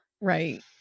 Right